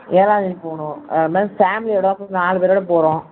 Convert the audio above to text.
ஏழாந்தேதி போகணும் அது மாதிரி ஃபேமிலியோடு நாலு பேரோடு போகிறோம்